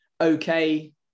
okay